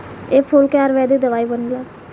ए फूल से आयुर्वेदिक दवाई बनेला